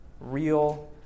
real